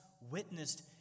witnessed